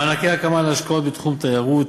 מענקי הקמה להשקעות בתחום התיירות,